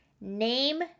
name